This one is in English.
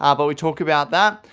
um but we talk about that.